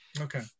okay